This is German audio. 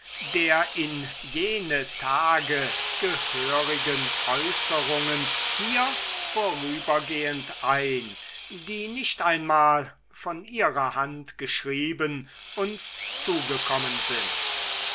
der in jene tage gehörigen äußerungen hier vorübergehend ein die nicht einmal von ihrer hand geschrieben uns zugekommen sind